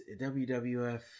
WWF